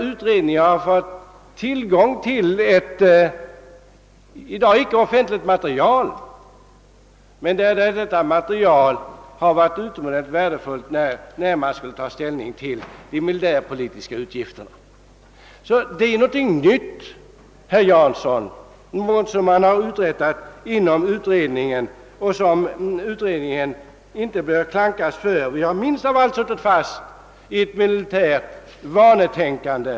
Utredningen har på detta sätt fått tillgång till ett — i dag icke offentligt material som varit utomordentligt värdefullt vid ställningstagandet till utgifterna på det militärpolitiska området. Det är alltså någonting nytt som uträttats inom utredningen, herr Jansson. Och utredningen bör minst av allt klandras för att ha suttit fast i ett militärt vanetänkande.